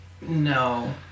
no